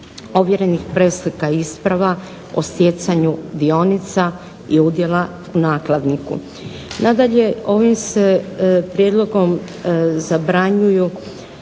ovjerenih preslika isprava o stjecanju dionica i udjela nakladniku. Nadalje ovim se prijedlogom zabranjuju